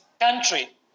country